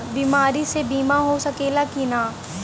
बीमारी मे बीमा हो सकेला कि ना?